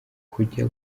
kujya